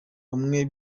umwe